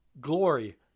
Glory